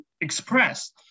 express